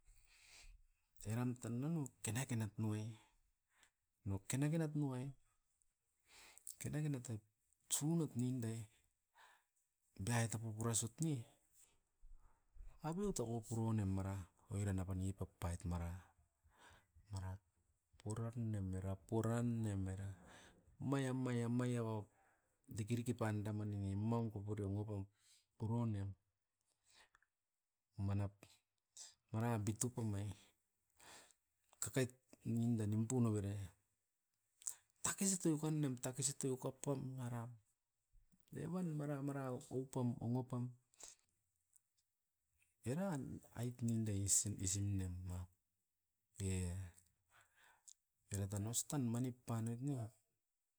Eran tan nunu kenakena tunuwe no kenakena tunuwei, kenakenat nai sunat nindai. Beai tapupura sut ne, abiotoko puranem mara oiran apan itoko paiet mara. Mara purar ne mera, puran ne mera, amai amai amai o dikidiki panda maninie mo puronem. Manap mara bitupam ai kakait nanda nimpu novera. Takisi tou kannem, takisi tou kopom mara, revan maramara o oupam ongopam. Eran aitnindeis sinisim nem a, era tan ostan mani panoit ne.